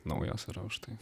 naujos yra už tai